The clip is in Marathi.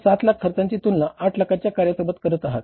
आपण 7 लाख खर्चाची तुलना 8 लाखाच्या कार्यासोबत करता आहात